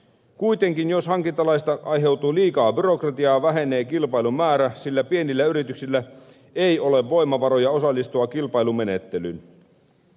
kuitenkin jos hankintalaista aiheutuu liikaa byrokratiaa vähenee kilpailun määrä sillä pienillä yrityksillä ei ole voimavaroja osallistua kilpailumenettelyyn